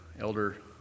Elder